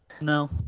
No